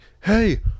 hey